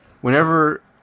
whenever